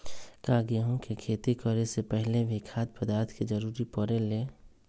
का गेहूं के खेती करे से पहले भी खाद्य पदार्थ के जरूरी परे ले?